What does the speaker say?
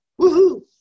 woohoo